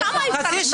פעם אחר פעם.